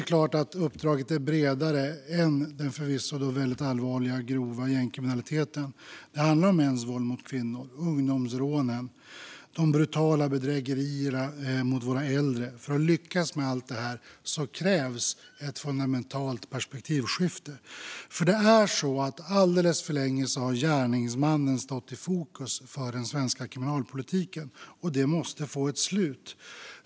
Såklart är uppdraget bredare än den förvisso väldigt allvarliga gängkriminaliteten; det handlar om mäns våld mot kvinnor, ungdomsrånen och de brutala bedrägerierna mot våra äldre. För att lyckas med allt det här krävs ett fundamentalt perspektivskifte. Alldeles för länge har gärningsmannen stått i fokus för den svenska kriminalpolitiken. Detta måste få ett slut.